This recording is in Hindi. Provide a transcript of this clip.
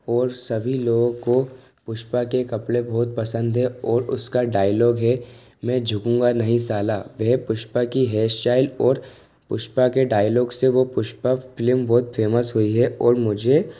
और सभी लोगों को पुष्पा के कपड़े बहुत पसंद है और उसका डायलॉग है मैं झुकूंगा नहीं साला वह पुष्पा की हेयर स्टाइल और पुष्पा के डायलॉग से वह पुष्पा फिल्म बहुत फेमस हुई है और मुझे